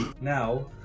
now